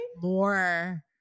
more